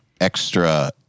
extra